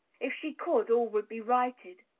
if she could, all would be righted.